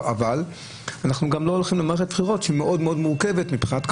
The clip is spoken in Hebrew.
אבל אנחנו לא הולכים למערכת בחירות מאוד מאוד מורכבת מבחינת הקורונה,